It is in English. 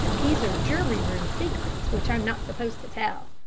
these are jury-room secrets which i'm not supposed to tell.